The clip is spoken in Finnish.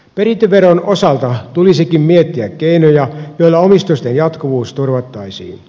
perintöveron osalta tulisikin miettiä keinoja joilla omistusten jatkuvuus turvattaisiin